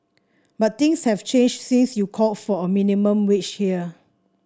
but things have changed since you called for a minimum wage here